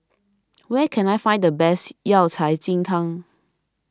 where can I find the best Yao Cai Ji Tang